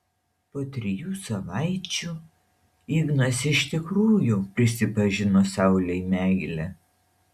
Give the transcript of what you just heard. po trijų savaičių ignas iš tikrųjų prisipažino saulei meilę